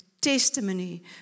testimony